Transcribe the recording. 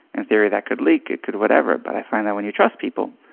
and theory, that could leak, it could whatever but i find that when you trust people,